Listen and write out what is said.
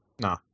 No